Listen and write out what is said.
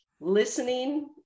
listening